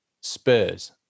Spurs